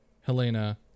Helena